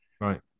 Right